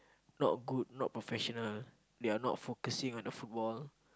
not good not professional they are not focusing on the football